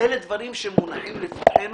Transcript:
אלה דברים שמונחים לפתחנו,